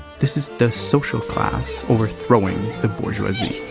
this is the social class overthrowing the bourgeoisie.